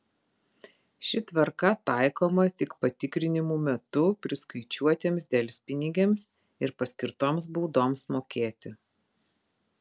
ši tvarka taikoma tik patikrinimų metu priskaičiuotiems delspinigiams ir paskirtoms baudoms mokėti